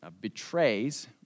betrays